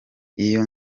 iyo